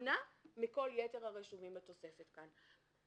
שונה מכל יתר הרשומים בתוספת כאן.